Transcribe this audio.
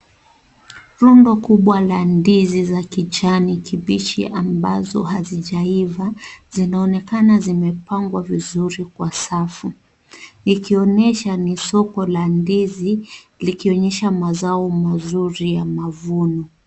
Rundo kubwa la ndizi za kijani kibichi ambazo hazijaiva zinaonekana zimepangwa vizuri kwa safu ikionyesha ni soko la ndizi likionyesha mazao mzuri ya mavuno.